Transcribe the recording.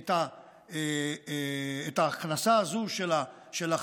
את ההכנסה הזו של החמץ,